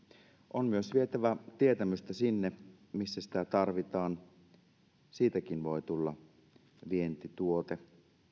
on myös vietävä tietämystä sinne missä sitä tarvitaan siitäkin voi tulla vientituote